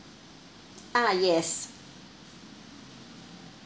ah yes